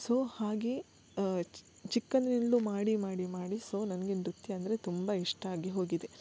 so ಹಾಗೆ ಅ ಚಿ ಚಿಕ್ಕಂದ್ರಿಂದಲೂ ಮಾಡಿ ಮಾಡಿ ಮಾಡಿ ಸೊ ನನಗೆ ನೃತ್ಯ ಅಂದರೆ ತುಂಬ ಇಷ್ಟ ಆಗಿ ಹೋಗಿದೆ